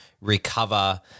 recover